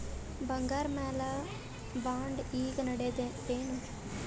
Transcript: ಬಂಗಾರ ಮ್ಯಾಲ ಬಾಂಡ್ ಈಗ ನಡದದೇನು?